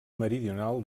meridional